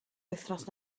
wythnos